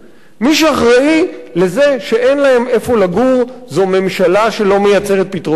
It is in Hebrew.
מי שאחראי לזה שאין להם איפה לגור זו ממשלה שלא מייצרת פתרונות דיור,